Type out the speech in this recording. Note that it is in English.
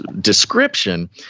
description